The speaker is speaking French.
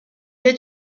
est